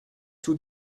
tout